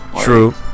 True